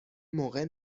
موقع